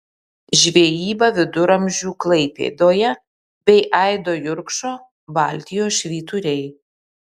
žvejyba viduramžių klaipėdoje bei aido jurkšto baltijos švyturiai